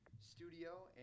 studio